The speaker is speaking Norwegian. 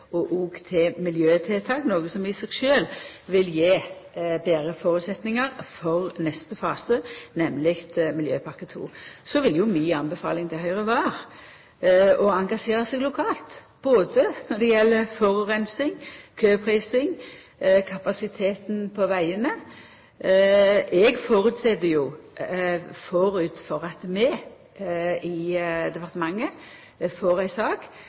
prosjektering og til miljøtiltak, noko som i seg sjølv vil gje betre føresetnader for neste fase, nemleg Miljøpakke trinn 2. Så vil jo mi anbefaling til Høgre vera å engasjera seg lokalt, både når det gjeld forureining, køprising og kapasiteten på vegane. Eg føreset jo at før vi i departementet får ei sak,